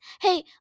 Hey